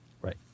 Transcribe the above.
Right